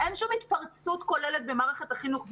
אין שום התפרצות כוללת במערכת החינוך,